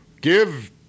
give